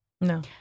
No